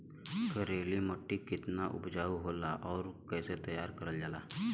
करेली माटी कितना उपजाऊ होला और कैसे तैयार करल जाला?